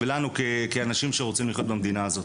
ולנו כאנשים שרוצים לחיות במדינה הזאת.